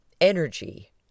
energy